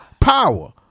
Power